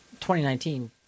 2019